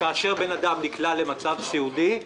כאשר אדם נקלע למצב סיעודי,